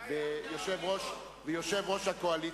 ואת יושב-ראש הקואליציה.